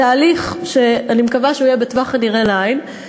בתהליך שאני מקווה שהוא יהיה בטווח הנראה לעין,